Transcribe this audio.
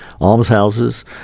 almshouses